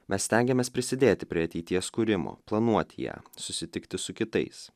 mes stengiamės prisidėti prie ateities kūrimo planuoti ją susitikti su kitais